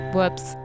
Whoops